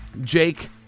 Jake